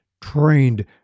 trained